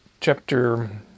chapter